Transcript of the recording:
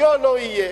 היה לא תהיה.